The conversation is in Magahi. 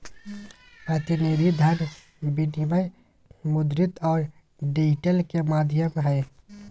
प्रतिनिधि धन विनिमय मुद्रित और डिजिटल के माध्यम हइ